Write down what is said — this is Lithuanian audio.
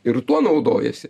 ir tuo naudojasi